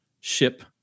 ship